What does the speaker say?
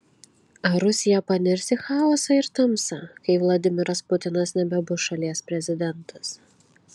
ar rusija panirs į chaosą ir tamsą kai vladimiras putinas nebebus šalies prezidentas